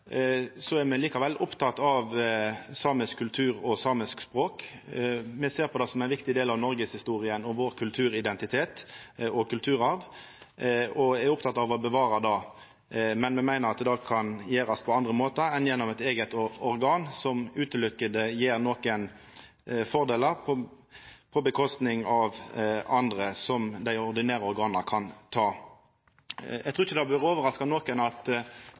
er me likevel opptekne av samisk kultur og samisk språk. Me ser på det som ein viktig del av noregshistoria, vår kulturidentitet og kulturarv og er opptekne av å bevara det. Men me meiner at det kan gjerast på andre måtar enn gjennom eit eige organ som berre gjev nokre fordelar på kostnad av andre som dei ordinære organa kan ta. Eg trur ikkje det vil overraska nokon at